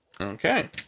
Okay